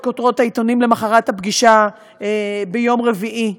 כותרות העיתונים למחרת הפגישה ביום רביעי.